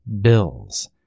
Bill's